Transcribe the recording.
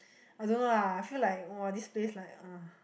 I don't know lah I feel like !wah! this place like ugh